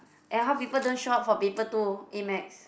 and how people don't show up for paper two A-maths